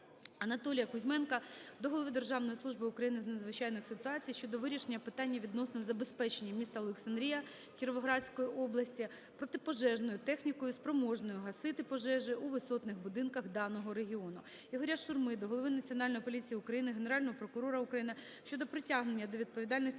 Анатолія Кузьменка до голови Державної служби України з надзвичайних ситуацій щодо вирішення питання відносно забезпечення міста Олександрія Кіровоградської області протипожежною технікою, спроможною гасити пожежі у висотних будинках даного регіону. Ігоря Шурми до голови Національної поліції України, Генерального прокурора України щодо притягнення до відповідальності